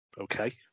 okay